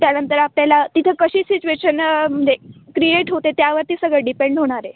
त्यानंतर आपल्याला तिथं कशी सिच्युएशन म्हणजे क्रिएट होते त्यावरती सगळं डिपेंड होणार आहे